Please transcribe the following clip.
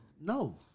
No